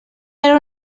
era